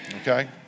Okay